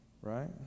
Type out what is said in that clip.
right